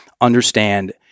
understand